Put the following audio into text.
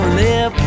lip